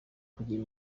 kugira